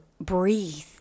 breathe